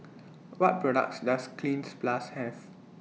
What products Does Cleanz Plus Have